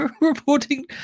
reporting